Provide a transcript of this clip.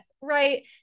right